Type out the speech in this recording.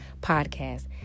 Podcast